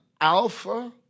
Alpha